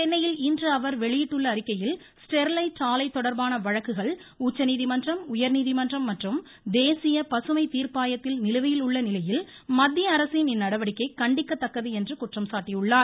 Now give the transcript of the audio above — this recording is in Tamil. சென்னையில் இன்று அவர் வெளியிட்டுள்ள அறிக்கையில் ஸ்டெர்லைட் ஆலை தொடர்பான வழக்குகள் உச்சநீதிமன்றம் உயர்நீதிமன்றம் மற்றும் தேசிய பசுமை தீர்ப்பாயத்தில் நிலுவையில் உள்ள நிலையில் மத்திய அரசின் இந்நடவடிக்கை கண்டிக்கத்தக்கது என்று குற்றம் சாட்டியுள்ளார்